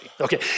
Okay